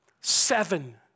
seven